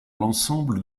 l’ensemble